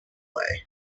way